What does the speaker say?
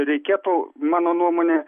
reikėtų mano nuomone